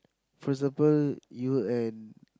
for example you and